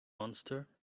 monster